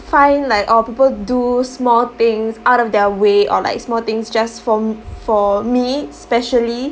find like orh people do small things out of their way or like small things just for for me specially